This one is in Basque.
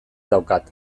daukat